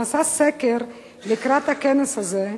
נעשה סקר לקראת הכנס הזה,